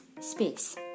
space